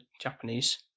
Japanese